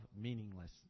meaningless